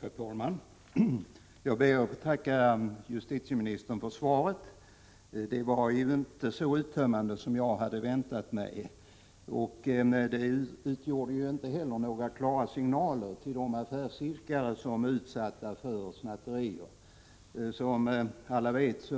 Herr talman! Jag ber att få tacka justitieministern för svaret. Det var inte så uttömmande som jag hade väntat mig, och det utgjorde inte heller några klara signaler till de affärsidkare som är utsatta för snatterier. Som alla vet